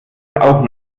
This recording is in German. auch